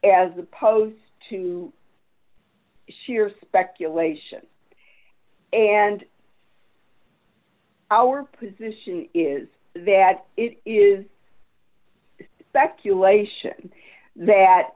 as opposed to sheer speculation and our position is that it is speculation that